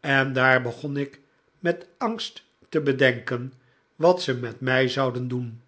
en daar begon ik met angst te bedenken wat ze met mij zouden doen